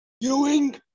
Ewing